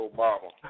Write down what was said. Obama